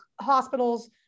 hospitals